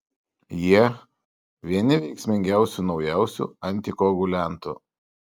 jie vieni veiksmingiausių naujausių antikoaguliantų